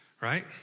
right